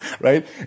right